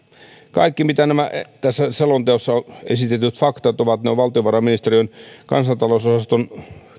kaikki tässä selonteossa esitetyt faktat ovat valtiovarainministeriön kansantalousosaston